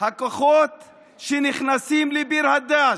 הכוחות שנכנסים לביר הדאג',